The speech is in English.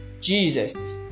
Jesus